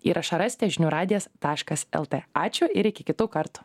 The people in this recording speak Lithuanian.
įrašą rasite žinių radijas taškas el t ačiū ir iki kitų kartų